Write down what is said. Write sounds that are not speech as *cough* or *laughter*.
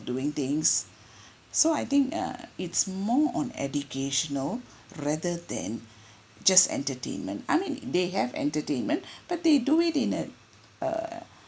doing things *breath* so I think err it's more on educational rather than *breath* just entertainment I mean they have entertainment *breath* but they do it in a err